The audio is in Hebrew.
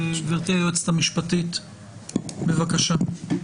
גברתי היועצת המשפטית, בבקשה.